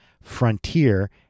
Frontier